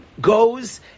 goes